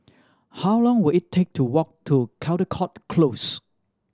how long will it take to walk to Caldecott Close